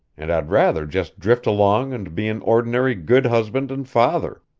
and i'd rather just drift along and be an ordinary good husband and father.